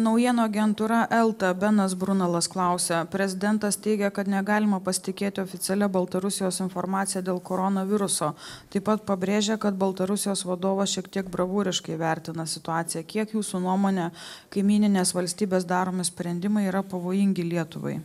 naujienų agentūra elta benas brunalas klausia prezidentas teigia kad negalima pasitikėti oficialia baltarusijos informacija dėl koronaviruso taip pat pabrėžia kad baltarusijos vadovas šiek tiek bravūriškai vertina situaciją kiek jūsų nuomone kaimyninės valstybės daromi sprendimai yra pavojingi lietuvai